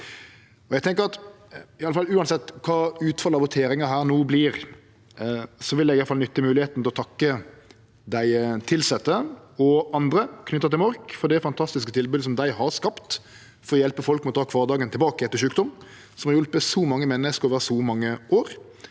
uansett kva utfallet av voteringa her no vert, vil eg iallfall nytte moglegheita til å takke dei tilsette og andre knytt til Mork for det fantastiske tilbodet dei har skapt for å hjelpe folk med å ta kvardagen tilbake etter sjukdom, som har hjelpt så mange menneske over så mange år.